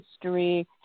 history